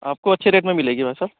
آپ کو اچھے ریٹ میں ملے گا بھائی صاحب